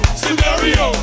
scenario